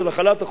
באריאל,